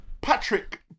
Patrick